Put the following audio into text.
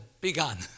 begun